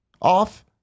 off